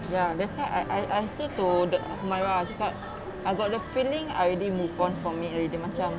ya that's why I I I say to the humairah I got a feeling I already moved on from it already macam